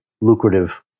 lucrative